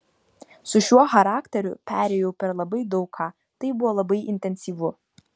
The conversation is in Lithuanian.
su šiuo charakteriu perėjau per labai daug ką tai buvo labai intensyvu